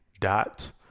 dot